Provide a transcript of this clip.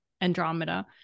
Andromeda